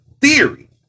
theory